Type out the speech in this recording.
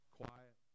quiet